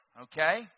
okay